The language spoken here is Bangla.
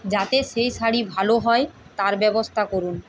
যাতে সেই শাড়ি ভালো হয় তার ব্যবস্থা করুন